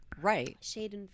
right